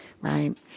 right